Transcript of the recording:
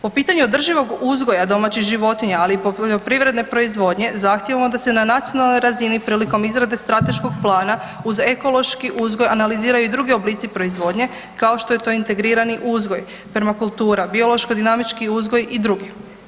Po pitanju održivog uzgoja domaćih životinja, ali i poljoprivredne proizvodnje zahtijevamo da se na nacionalnoj razini prilikom izrade strateškog plana uz ekološki uzgoj analiziraju i drugi oblici proizvodnje kao što je to integrirani uzgoj, permakultura, biološko-dinamički uzgoj i drugi.